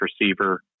receiver